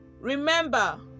Remember